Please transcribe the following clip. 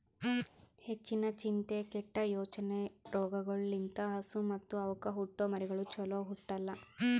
ಹೆಚ್ಚಿನ ಚಿಂತೆ, ಕೆಟ್ಟ ಯೋಚನೆ ರೋಗಗೊಳ್ ಲಿಂತ್ ಹಸು ಮತ್ತ್ ಅವಕ್ಕ ಹುಟ್ಟೊ ಮರಿಗಳು ಚೊಲೋ ಹುಟ್ಟಲ್ಲ